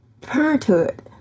parenthood